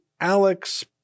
Alex